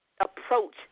approach